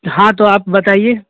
ہاں تو آپ بتائیے